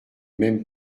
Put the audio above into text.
mêmes